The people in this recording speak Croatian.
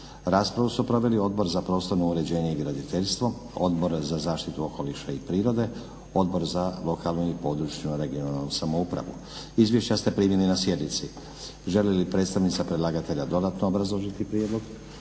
Raspravu su proveli Odbor za prostorno uređenje i graditeljstvo, Odbor za zaštitu okoliša i prirode, Odbor za lokalnu i područnu (regionalnu) samoupravu. Izvješća ste primili na sjednici. Želi li predstavnica predlagatelja dodatno obrazložiti prijedlog?